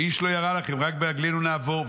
ואיש לא ירע לכם, רק ברגלינו נעבור.